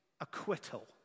acquittal